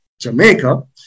Jamaica